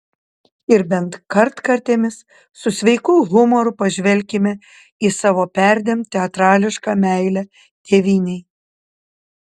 ir bent kartkartėmis su sveiku humoru pažvelkime į savo perdėm teatrališką meilę tėvynei